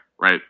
Right